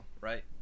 right